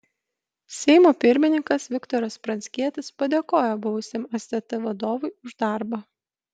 seimo pirmininkas viktoras pranckietis padėkojo buvusiam stt vadovui už darbą